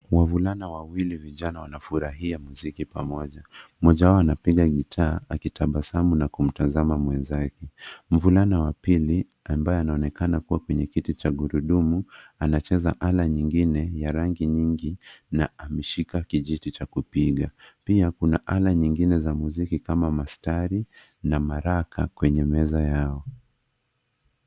Wavulana wawili vijana wanafurahia muziki pamoja. Mmoja wao anapiga gitaa akitabasamu na kumtazama mwenzake. Mvulana wa pili ambaye anaonekana kuwa kwenye kiti cha magurudumu anacheza ala nyingine ya rangi nyingi na ameshika kijiti cha kupiga. Pia kuna ala zingine za muziki kama mastari na maraka kwenye meza yao.